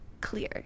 Clear